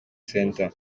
centre